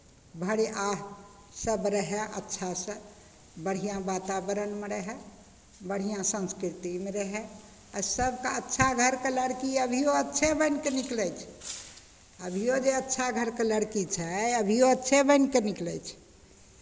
भरि आह सभ रहै अच्छासँ बढ़िआँ वातावरणमे रहय बढ़िआँ संस्कृतिमे रहय आ सभके अच्छा घरके लड़की अभियो अच्छे बनि कऽ निकलै छै अभियो जे अच्छा घरके लड़की छै अभियो अच्छे बनि कऽ निकलै छै